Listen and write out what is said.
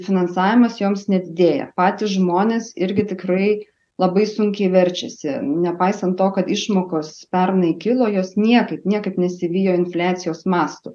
finansavimas joms nedidėja patys žmonės irgi tikrai labai sunkiai verčiasi nepaisant to kad išmokos pernai kilo jos niekaip niekaip nesivijo infliacijos mastų